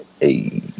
Hey